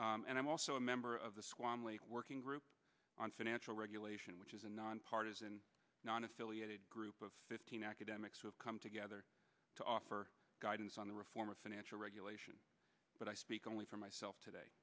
and i'm also a member of the swan lake working group on financial regulation which is a nonpartizan nonaffiliated group of fifteen academics who have come together to offer guidance on the reform of financial regulation but i speak only for myself today